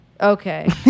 Okay